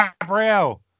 Gabriel